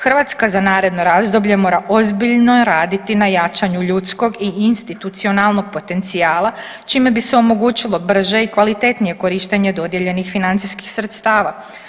Hrvatska za naredno razdoblje mora ozbiljno raditi na jačanju ljudskog i institucionalnog potencijala čime bi se omogućilo brže i kvalitetnije korištenje dodijeljenih financijskih sredstava.